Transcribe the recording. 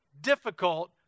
difficult